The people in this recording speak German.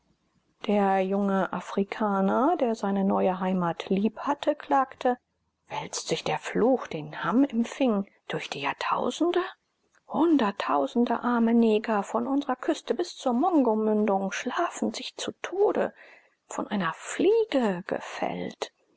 der junge afrikaner der seine neue heimat lieb hatte klagte wälzt sich der fluch den ham empfing durch die jahrtausende hunderttausende arme neger von unsrer küste bis zur kongomündung schlafen sich zu tode von einer fliege gefällt